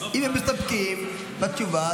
אם הם מסתפקים בתשובה,